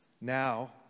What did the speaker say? now